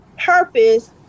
purpose